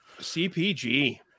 CPG